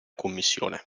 commissione